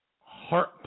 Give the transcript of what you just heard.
heart